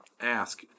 ask